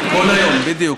כל היום, בדיוק.